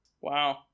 Wow